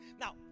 Now